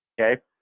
okay